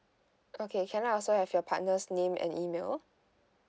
okay can I also have your partner's name and email